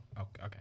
Okay